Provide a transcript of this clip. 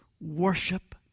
worship